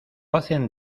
hace